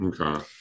Okay